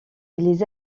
les